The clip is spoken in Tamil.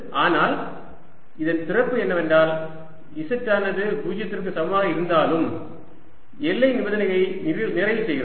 ஆனால் இதன் சிறப்பு என்னவென்றால் z ஆனது 0 க்கு சமமாக இருந்தாலும் எல்லை நிபந்தனையை நிறைவு செய்கிறது